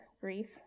grief